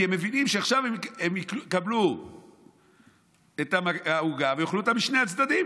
הם מבינים שעכשיו הם יקבלו את העוגה ויאכלו אותה משני הצדדים.